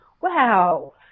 Wow